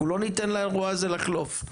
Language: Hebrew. אנחנו לא ניתן לאירוע הזה לחלוף,